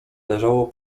leżało